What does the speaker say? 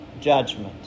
judgment